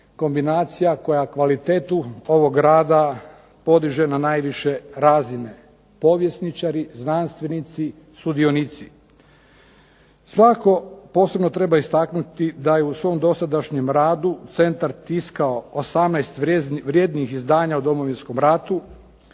kombinacija koja kvalitetu ovog rada, podiže na najviše razine. Povjesničari, znanstvenici, sudionici. Svakako treba istaknuti da je u svom dosadašnjem radu centar tiskao 18 vrijednih izdanja o Domovinskom ratu,